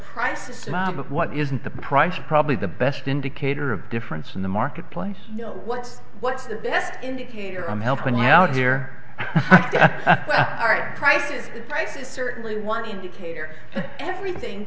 prices but what isn't the price of probably the best indicator of difference in the marketplace what's what's the best indicator i'm helping out here right prices the price is certainly one indicator everything